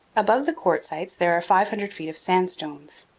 above the quartzites there are five hundred feet of sandstones.